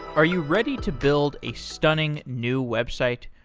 are you ready to build a stunning new website?